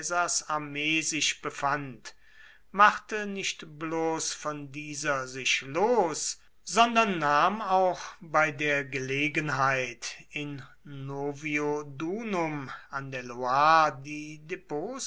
armee sich befand machte nicht bloß von dieser sich los sondern nahm auch bei der gelegenheit in